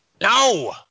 No